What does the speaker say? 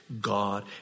God